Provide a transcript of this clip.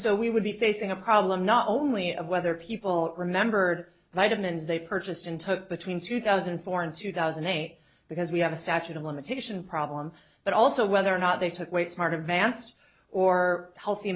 so we would be facing a problem not only of whether people remembered vitamins they purchased and took between two thousand and four and two thousand and eight because we have a statute of limitation problem but also whether or not they took weight smart advanced or healthy